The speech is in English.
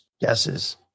guesses